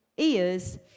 Ears